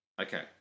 Okay